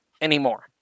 anymore